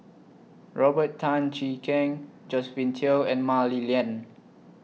Robert Tan Jee Keng Josephine Teo and Mah Li Lian